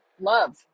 love